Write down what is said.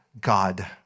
God